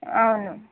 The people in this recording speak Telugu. అవును